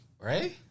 Right